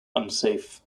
unsafe